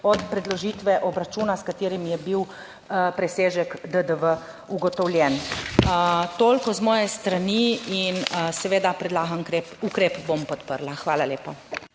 od predložitve obračuna s katerim je bil presežek DDV ugotovljen. Toliko z moje strani in seveda predlagani ukrep bom podprla. Hvala. Lepa.